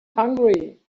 hungry